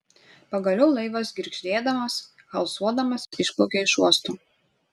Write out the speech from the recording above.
pagaliau laivas girgždėdamas halsuodamas išplaukė iš uosto